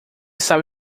sabe